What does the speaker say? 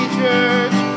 church